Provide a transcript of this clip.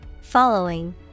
Following